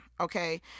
Okay